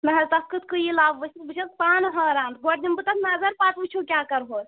نہَ حظ تَتھ کِتھٕ کٔنۍ یِیہِ لَب ؤسِتھ بہٕ چھَس پانہٕ حٲران گۄڈٕ دِمہٕ بہٕ تَتھ نظر پَتہٕ وُچھو کیٛاہ کَرٕہوس